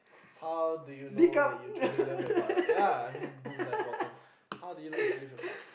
how do you know that you truly love your partner ya I mean rules are important how do you know if you love your partner